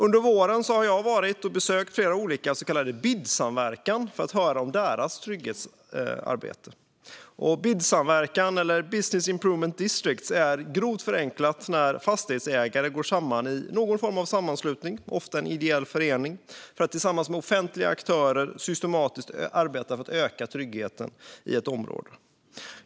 Under våren har jag besökt flera olika områden med så kallad BID-samverkan för att höra om deras trygghetsarbete. BID-samverkan, eller Business Improvement Districts, är grovt förenklat när fastighetsägare går samman i någon form av sammanslutning, ofta en ideell förening, för att tillsammans med offentliga aktörer systematiskt arbeta för att öka tryggheten i ett område.